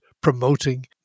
promoting